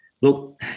look